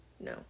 no